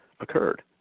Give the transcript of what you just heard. occurred